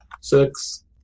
Six